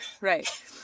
Right